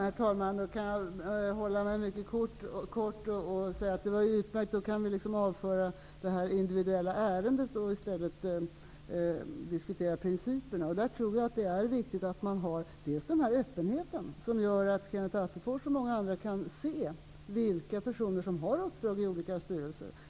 Herr talman! Jag kan alltså fatta mig mycket kort. Det är utmärkt att vi kan avföra det individuella ärendet. I stället kan vi diskutera principerna. Jag tror att det är viktigt med öppenhet här. Därmed kan Kenneth Attefors och andra se vilka personer som har uppdrag i olika styrelser.